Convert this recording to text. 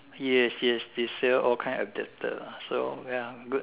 yes yes yes they sell all kind adaptors lah so ya good